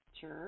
Sure